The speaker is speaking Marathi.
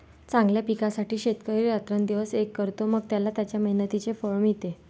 चांगल्या पिकासाठी शेतकरी रात्रंदिवस एक करतो, मग त्याला त्याच्या मेहनतीचे फळ मिळते